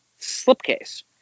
slipcase